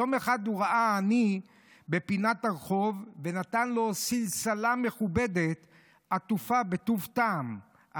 יום אחד הוא ראה עני בפינת הרחוב ונתן לו סלסלה מכובדת עטופה בטוב טעם.